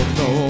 no